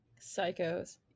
Psychos